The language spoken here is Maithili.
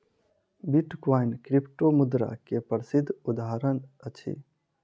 बिटकॉइन क्रिप्टोमुद्रा के प्रसिद्ध उदहारण अछि